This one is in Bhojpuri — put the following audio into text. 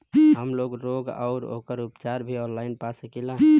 हमलोग रोग अउर ओकर उपचार भी ऑनलाइन पा सकीला?